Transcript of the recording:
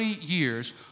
years